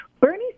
Bernie